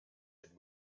had